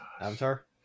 Avatar